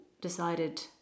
decided